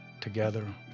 together